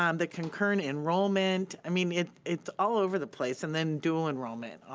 um the concurrent enrollment, i mean it's all over the place. and then dual enrollment,